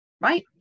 Right